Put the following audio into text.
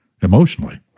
emotionally